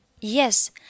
Yes